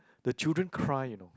the children cry you know